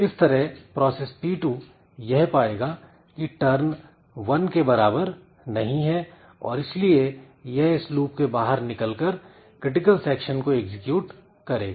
इस तरह process P2 यह पाएगा की turn एक के बराबर नहीं है और इसलिए यह इस लूप के बाहर निकल कर क्रिटिकल सेक्शन को एग्जीक्यूट करेगा